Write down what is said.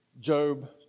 Job